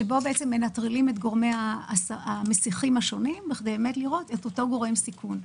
שבה מנטרלים את המסיחים השונים בכדי לראות באמת את אותו גורם סיכון.